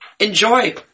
Enjoy